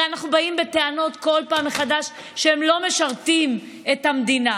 הרי אנחנו באים בטענות כל פעם מחדש שהם לא משרתים את המדינה.